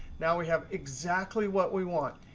now we have exactly what we want.